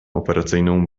operacyjną